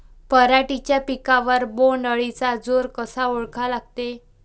पराटीच्या पिकावर बोण्ड अळीचा जोर कसा ओळखा लागते?